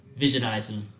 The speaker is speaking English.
visionizing